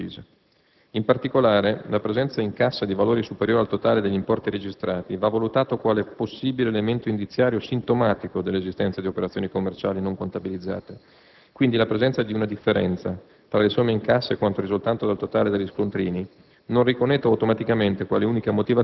(per dare il "resto" o per esigenze improvvise). In particolare, la presenza in cassa di valori superiori al totale degli importi registrati va valutato quale possibile elemento indiziario sintomatico dell'esistenza di operazioni commerciali non contabilizzate. Quindi, la presenza di una differenza, tra le somme in cassa e quanto risultante dal totale degli scontrini,